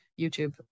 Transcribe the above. youtube